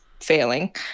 failing